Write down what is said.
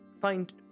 find